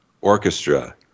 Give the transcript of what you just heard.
Orchestra